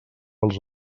els